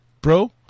bro